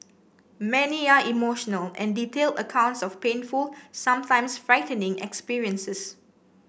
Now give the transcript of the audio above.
many are emotional and detailed accounts of painful sometimes frightening experiences